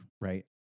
right